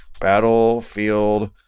Battlefield